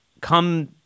come